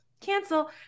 cancel